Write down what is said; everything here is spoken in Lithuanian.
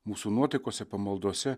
mūsų nuotaikose pamaldose